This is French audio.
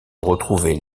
retrouver